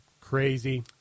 Crazy